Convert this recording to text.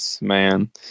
Man